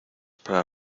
para